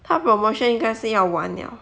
他 promotion 应该是要完了